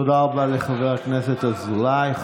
תודה רבה לחבר הכנסת אזולאי.